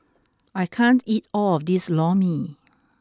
I can't eat all of this Lor Mee